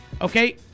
Okay